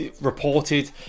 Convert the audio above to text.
reported